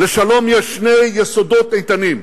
לשלום יש שני יסודות איתנים: